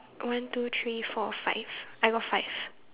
one two three four five I got five